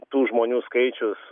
tų žmonių skaičius